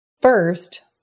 First